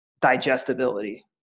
digestibility